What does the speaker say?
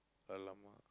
!alamak!